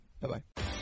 bye-bye